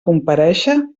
comparèixer